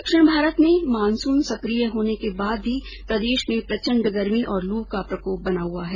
दक्षिणी भारत में मानसून सकिय होने के बाद भी प्रदेश में प्रचंड गर्मी और लू का प्रकोप बना हुआ हैं